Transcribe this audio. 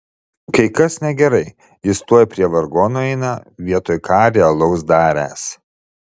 kai kas negerai jis tuoj prie vargonų eina vietoj ką realaus daręs